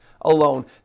alone